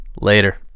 Later